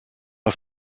auf